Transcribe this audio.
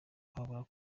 habura